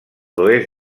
oest